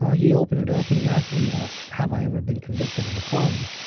ah he opened it up and he asked me, ah have i ever been convicted of a crime?